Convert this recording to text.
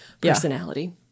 personality